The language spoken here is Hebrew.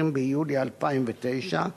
20 ביולי 2009,